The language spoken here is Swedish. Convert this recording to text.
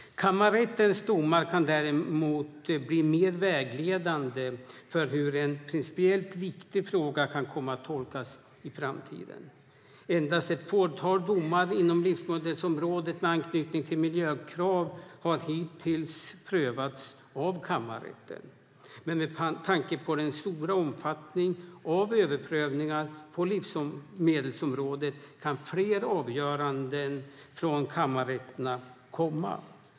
Kammarrättens domar kan däremot bli mer vägledande för hur en principiellt viktig fråga kan komma att tolkas i framtiden. Endast ett fåtal domar inom livsmedelsområdet med anknytning till miljökrav har hittills prövats av kammarrätten. Men med tanke på den stora omfattningen av överprövningar på livsmedelsområdet kan fler avgöranden från kammarrätterna komma.